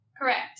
Correct